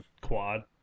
quad